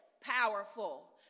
powerful